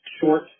short